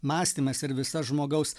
mąstymas ir visa žmogaus